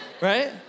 Right